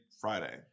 Friday